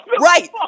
right